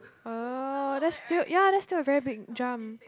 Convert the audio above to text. oh that's still ya that's still a very big jump